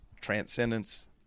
transcendence